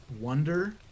wonder